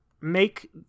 make